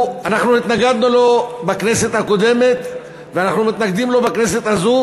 אנחנו התנגדנו לו בכנסת הקודמת ואנחנו מתנגדים לו בכנסת הזאת,